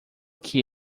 que